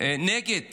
נגד